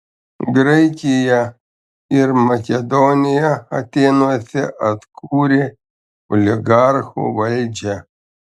graikiją ir makedoniją atėnuose atkūrė oligarchų valdžią